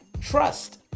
trust